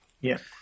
Yes